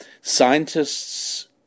scientists